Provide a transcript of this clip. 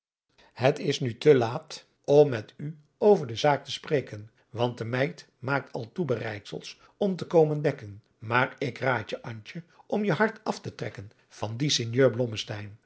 t is nu te laat om met u over de zaak te praten want de meid maakt al toebereidsels om te komen dekken maar ik raad adriaan loosjes pzn het leven van johannes wouter blommesteyn je antje om je hart af te trekken van dien